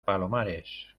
palomares